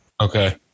Okay